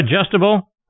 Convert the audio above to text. adjustable